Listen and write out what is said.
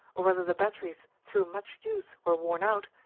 or whether the batteries through much use were worn out,